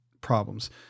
problems